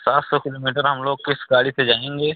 सात सौ किलोमीटर हम लोग किस गाड़ी से जाएँगे